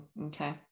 Okay